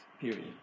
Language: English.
period